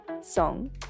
song